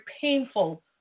painful